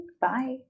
Bye